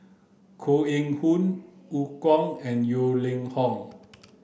Koh Eng Hoon Eu Kong and Yeo Ning Hong